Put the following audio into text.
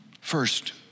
first